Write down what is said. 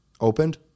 opened